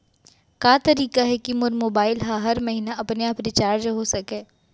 का तरीका हे कि मोर मोबाइल ह हर महीना अपने आप रिचार्ज हो सकय?